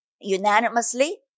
unanimously